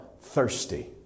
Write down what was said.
thirsty